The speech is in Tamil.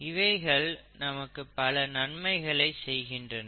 இவைகள் நமக்கு பல நன்மைகளை செய்கின்றன